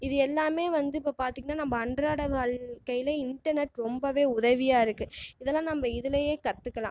இது எல்லாமே வந்து இப்போது பார்த்திங்கனா நம்ம அன்றாட வாழ்க்கையில் இன்டர்நெட் ரொம்பவே உதவியாக இருக்கு இதெல்லாம் நம்ம இதிலேயே கற்றுக்கலாம்